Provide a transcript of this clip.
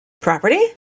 Property